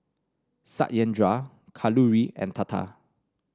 Satyendra Kalluri and Tata